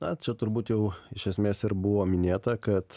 na čia turbūt jau iš esmės ir buvo minėta kad